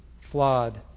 flawed